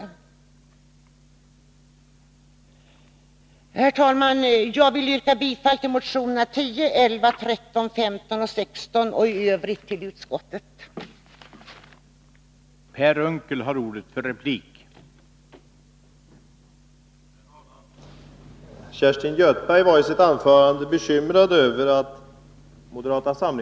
Herr talman! Jag yrkar bifall till reservationerna 10, 11, 13,15 och 16 samt i övrigt till utskottets hemställan.